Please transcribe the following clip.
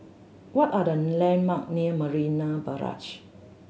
what are the landmark near Marina Barrage